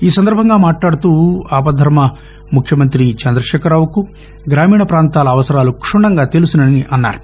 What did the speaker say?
ఈసందర్భంగా మాట్లాడుతూ ఆపద్దర్త ముఖ్యమంత్రి చందశేఖరరావుకు గ్రామీణ ప్రాంతాల అవసరాలు క్షుణ్ణంగా తెలుసని అన్నారు